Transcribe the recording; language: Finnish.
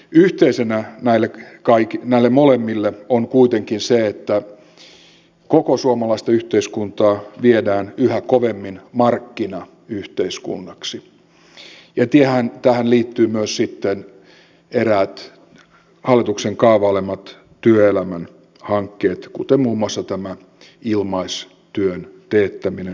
yhteisenä näille molemmille on kuitenkin se että koko suomalaista yhteiskuntaa viedään yhä kovemmin markkinayhteiskunnaksi ja tähän liittyvät myös sitten eräät hallituksen kaavailemat työelämän hankkeet kuten muun muassa tämä ilmaistyön teettäminen työttömillä